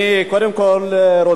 קודם כול,